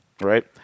right